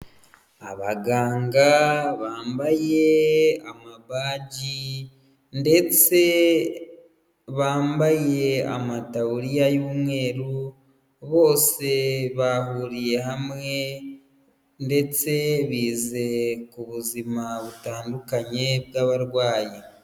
Abaganga bambaye amabaji ndetse bambaye amataburiya y'umweru, bose bahuriye hamwe ndetse bize ku buzima butandukanye bw'abarwayi.